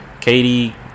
Katie